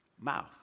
mouth